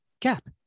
Cap